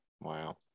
Wow